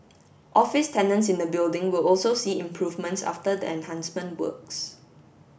office tenants in the building will also see improvements after the enhancement works